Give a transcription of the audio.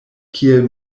kiel